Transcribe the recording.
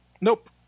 Nope